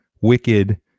wicked